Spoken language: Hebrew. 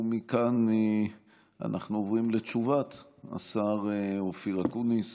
ומכאן אנחנו עוברים לתשובת השר אופיר אקוניס